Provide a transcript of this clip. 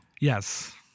Yes